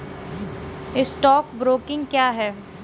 Stock broking क्या है?